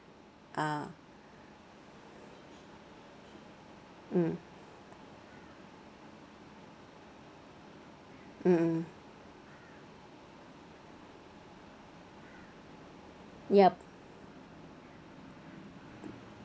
ah mm mmhmm yup